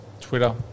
Twitter